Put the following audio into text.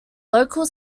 local